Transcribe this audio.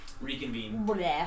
Reconvene